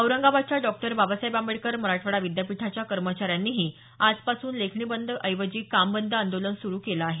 औरंगाबादच्या डॉक्टर बाबासाहेब आंबेडकर मराठवाडा विद्यापीठाच्या कर्मचाऱ्यांनीही आजपासून लेखनी बंद ऐवजी काम बंद आंदोलन सुरु केलं आहे